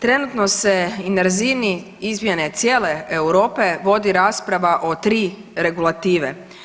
Trenutno se na razini izmjene cijele Europe vodi rasprava o tri regulative.